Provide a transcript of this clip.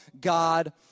God